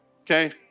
Okay